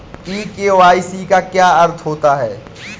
ई KYC का क्या अर्थ होता है?